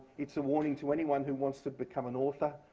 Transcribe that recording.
it's a warning to anyone who wants to become an author,